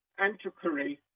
antiquary